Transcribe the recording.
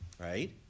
right